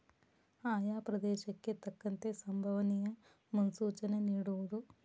ಆಯಾ ಪ್ರದೇಶಕ್ಕೆ ತಕ್ಕಂತೆ ಸಂಬವನಿಯ ಮುನ್ಸೂಚನೆ ನಿಡುವುದು